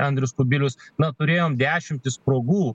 andrius kubilius na turėjom dešimtis progų